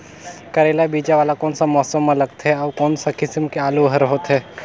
करेला बीजा वाला कोन सा मौसम म लगथे अउ कोन सा किसम के आलू हर होथे?